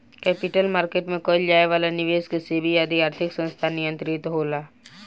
capital market में कईल जाए वाला निबेस के सेबी आदि आर्थिक संस्थान नियंत्रित होला